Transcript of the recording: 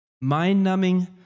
Mind-numbing